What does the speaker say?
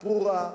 ברורה,